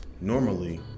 normally